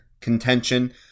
contention